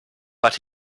but